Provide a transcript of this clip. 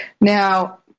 Now